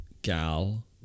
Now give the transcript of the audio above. Gal